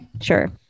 Sure